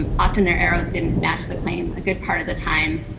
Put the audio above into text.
um often their arrows didn't match the claim a good part of the time.